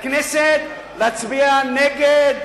לכנסת להצביע נגד,